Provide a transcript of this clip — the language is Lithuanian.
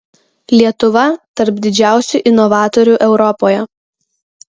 lietuva tarp didžiausių inovatorių europoje